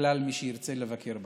לכלל מי שירצה לבקר בה.